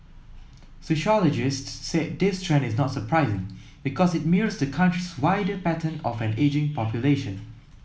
sociologists said this trend is not surprising because it mirrors the country's wider pattern of an ageing population